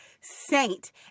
saint